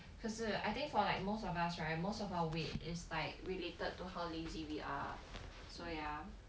可是 I think for like most of us right most of our weight is like related to how lazy we are so ya